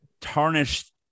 Tarnished